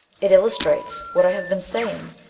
it illustrates what i have been saying,